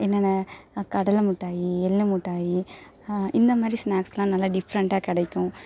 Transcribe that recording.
என்னென்ன கடலை மிட்டாயி எள் மிட்டாயி இந்த மாதிரி ஸ்நாக்ஸ்லாம் நல்லா டிஃப்ரெண்ட்டாக கிடைக்கும்